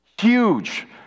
Huge